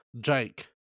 Jake